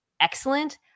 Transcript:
excellent